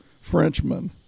Frenchman